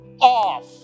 off